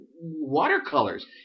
watercolors